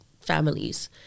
families